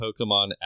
Pokemon